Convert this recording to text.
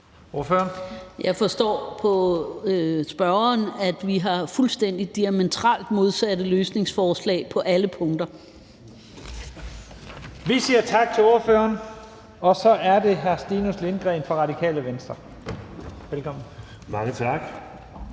Jeg forstår på spørgeren, at vi har fuldstændig diametralt modsatte løsningsforslag på alle punkter. Kl. 11:29 Første næstformand (Leif Lahn Jensen): Vi siger tak til ordføreren. Og så er det hr. Stinus Lindgreen fra Radikale Venstre. Velkommen. Kl.